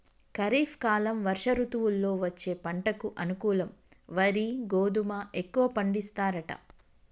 ఖరీఫ్ కాలం వర్ష ఋతువుల్లో వచ్చే పంటకు అనుకూలం వరి గోధుమ ఎక్కువ పండిస్తారట